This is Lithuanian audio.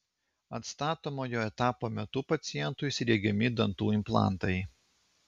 atstatomojo etapo metu pacientui sriegiami dantų implantai